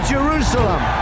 Jerusalem